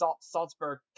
Salzburg